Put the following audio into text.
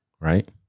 Right